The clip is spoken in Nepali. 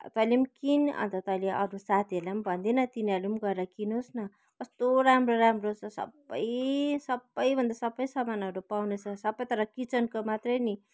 तैँले पनि किन् अन्त तैँले अरू साथीहरूलाई पनि भनिदे न तिनीहरू पनि गएर किनोस् न कस्तो राम्रो राम्रो छ सबै सबै भन्दा सबै सामानहरू पाउने छ सबै तर किचनको मात्रै नि